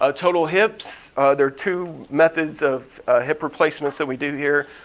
ah total hips. there are two methods of hip replacements that we do here.